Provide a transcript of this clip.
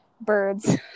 Birds